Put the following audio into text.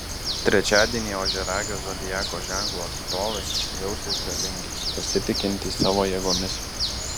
trečiadienį ožiaragio zodiako ženklo atstovai jausis galingi pasitikintys savo jėgomis